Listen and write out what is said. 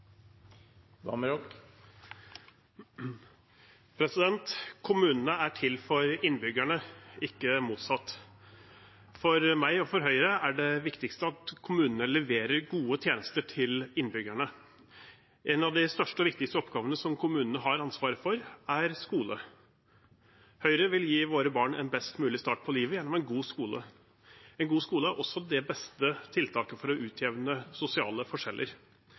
det viktigste at kommunene leverer gode tjenester til innbyggere. En av de største og viktigste oppgavene kommunene har ansvaret for, er skole. Høyre vil gi våre barn en best mulig start på livet gjennom en god skole. En god skole er også det beste tiltaket for å utjevne sosiale forskjeller.